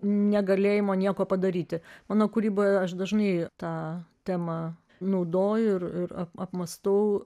negalėjimo nieko padaryti mano kūryboje aš dažnai tą temą naudoju ir apmąstau